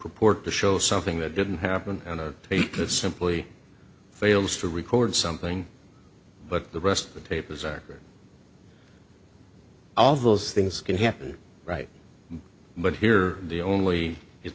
report to show something that didn't happen on a tape that simply fails to record something but the rest of the tape as are all those things can happen right but here the only it